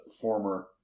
former